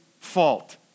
fault